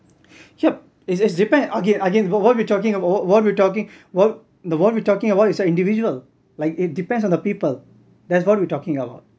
yup it's depend again again what we're talking about what we're talking what we're talking about is the individual like it depends on the people that's what we're talking about